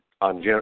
on